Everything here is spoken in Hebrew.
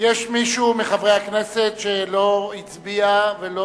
יש מישהו מחברי הכנסת שלא הצביע ולא